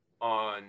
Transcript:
on